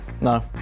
No